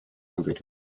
wickeln